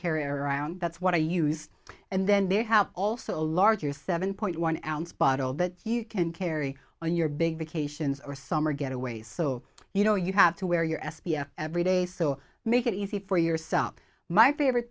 carry around that's what i used and then they have also a larger seven point one ounce bottle that you can carry on your big vacations or summer getaways so you know you have to wear your s p f every day so make it easy for yourself my favorite